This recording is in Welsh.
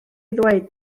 ddweud